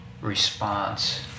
response